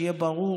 שיהיה ברור